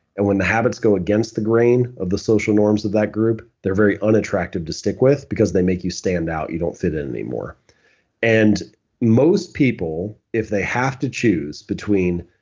and when the habits go against the grain of the social norms of that group, they're very unattractive to stick with because they make you stand out, you don't fit in anymore and most people if they have to choose between,